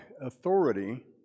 authority